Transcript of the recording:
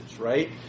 right